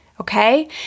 Okay